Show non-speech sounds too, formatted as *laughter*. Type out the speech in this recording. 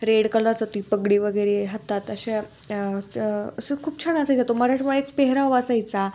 red कलरचं ती पगडी वगैरे हातात अशा असं खूप छान *unintelligible* तो मराठमोळा एक पेहराव असायचा